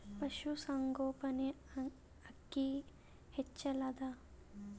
ಪಶುಸಂಗೋಪನೆ ಅಕ್ಕಿ ಹೆಚ್ಚೆಲದಾ?